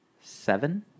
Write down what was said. seven